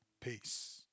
Peace